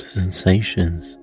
sensations